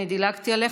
אני דילגתי עליך,